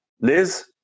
liz